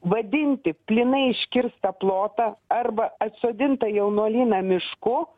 vadinti plynai iškirstą plotą arba atsodintą jaunuolyną mišku